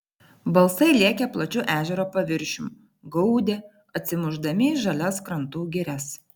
balsai lėkė plačiu ežero paviršium gaudė atsimušdami į žalias krantų girias